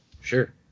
Sure